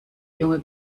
junge